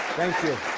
thank you.